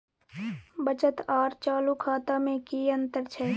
बचत आर चालू खाता में कि अतंर छै?